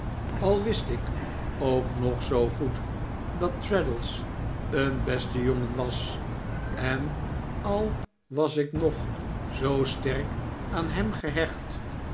al wist ik ook nog zoo goed dat traddles een beste jongen was en al was ik nog zoo sterk aan hem gehecht